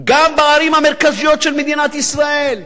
גם בערים המרכזיות של מדינת ישראל.